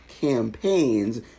campaigns